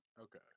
Okay